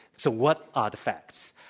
so what are the facts?